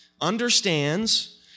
understands